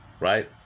right